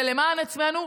זה למען עצמנו,